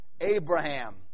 Abraham